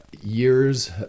Years